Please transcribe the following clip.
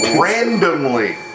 randomly